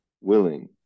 willing